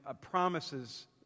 promises